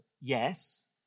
yes